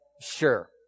Sure